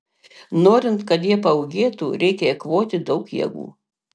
norint kad jie paūgėtų reikia eikvoti daug jėgų